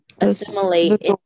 assimilate